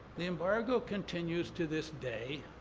the embargo continues to this day.